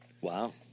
Wow